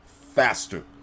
faster